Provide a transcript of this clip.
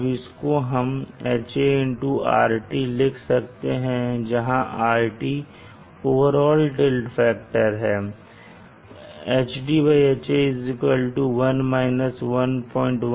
अब इसको हम HarT लिख सकते हैं जहां rT ओवरऑल टिल्ट फैक्टर है